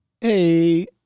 Hey